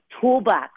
toolbox